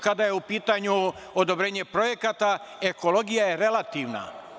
Kada je u pitanju odobrenje projekata, ekologija je relativna.